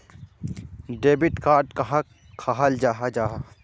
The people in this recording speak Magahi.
डेबिट कार्ड कहाक कहाल जाहा जाहा?